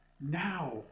Now